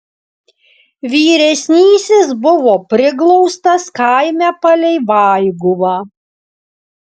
vyresnysis buvo priglaustas kaime palei vaiguvą